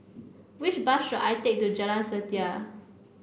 which bus should I take to Jalan Setia